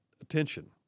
attention